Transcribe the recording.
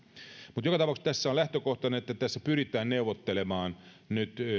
mutta joka tapauksessa tässä on lähtökohtana että tässä pyritään neuvottelemaan nyt